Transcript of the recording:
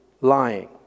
lying